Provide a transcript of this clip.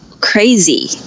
crazy